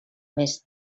més